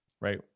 right